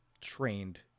trained